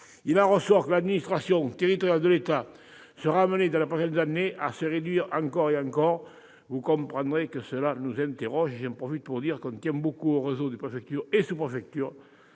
Il en ressort que l'administration territoriale de l'État sera amenée, dans les prochaines années, à se réduire, encore et encore. Vous comprendrez que cela nous interroge, d'autant que, j'y insiste, nous tenons au réseau des préfectures et des sous-préfectures.